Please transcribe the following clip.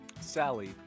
Sally